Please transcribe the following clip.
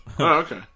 okay